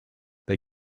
they